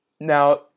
now